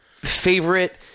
favorite